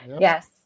Yes